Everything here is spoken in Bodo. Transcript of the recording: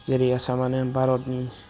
जेरै आसामानो भारतनि